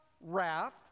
wrath